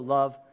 love